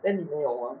then 你没有吗